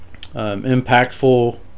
impactful